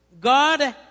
God